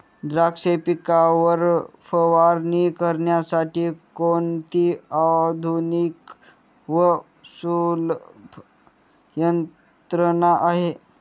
द्राक्ष पिकावर फवारणी करण्यासाठी कोणती आधुनिक व सुलभ यंत्रणा आहे?